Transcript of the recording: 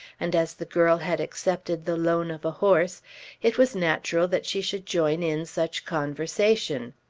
and as the girl had accepted the loan of a horse it was natural that she should join in such conversation.